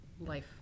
life